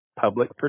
public